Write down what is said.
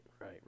right